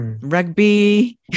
rugby